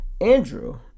Andrew